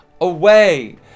away